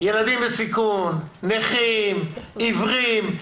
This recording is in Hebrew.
ילדים בסיכון, נכים, עיוורים.